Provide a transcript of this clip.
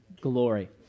glory